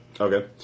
Okay